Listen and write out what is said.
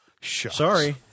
sorry